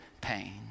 pain